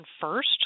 first